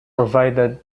provided